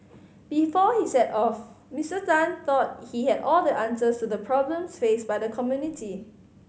before he set off Mister Tan thought he had all the answers to the problems faced by the community